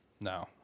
no